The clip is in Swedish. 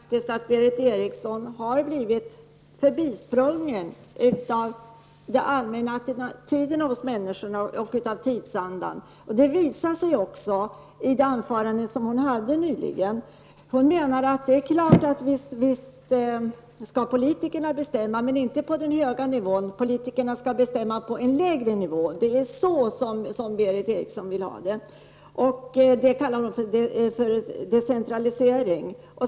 Herr talman! Jag sade ju faktiskt att Berith Eriksson har blivit förbisprungen av den allmänna attityden hos människorna och av tidsandan. Det visar sig också i hennes anförande nyligen. Hon menar att visst skall politikerna bestämma, men inte på den höga nivån utan på en lägre nivå. Det är alltså så som Berith Eriksson vill ha det, och det kallar hon för decentralisering.